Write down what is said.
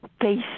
face